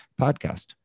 podcast